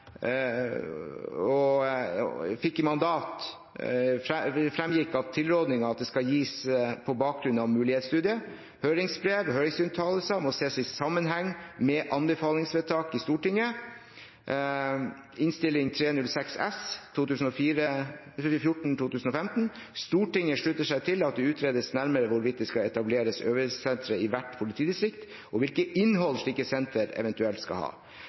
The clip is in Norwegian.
I mandatet framgikk det at tilrådingene skal gis på bakgrunn av Mulighetsstudien, høringsbrev og høringsuttalelser og må ses i sammenheng med anbefalingsvedtaket i Innst. 306 S for 2014–2015 i Stortinget: «Stortinget slutter seg til at det utredes nærmere hvorvidt det skal etableres øvingssentre i hvert politidistrikt, og hvilket innhold slike sentre eventuelt skal ha.»